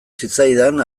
zitzaidan